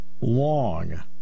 long